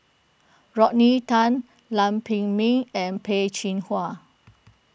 Rodney Tan Lam Pin Min and Peh Chin Hua